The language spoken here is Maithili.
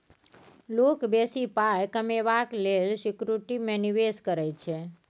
लोक बेसी पाइ कमेबाक लेल सिक्युरिटी मे निबेश करै छै